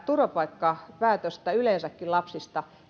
turvapaikkapäätöstä yleensäkin lapsista